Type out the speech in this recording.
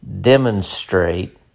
demonstrate